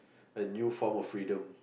the new form of freedom